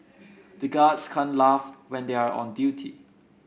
the guards can't laugh when they are on duty